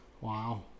Wow